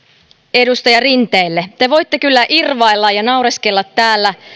edustaja rinteelle te voitte kyllä irvailla ja naureskella täällä